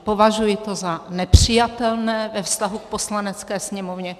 Považuji to za nepřijatelné ve vztahu k Poslanecké sněmovně.